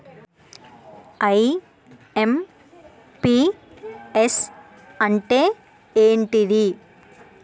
IMPS అంటే ఏంటిది?